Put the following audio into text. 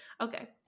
okay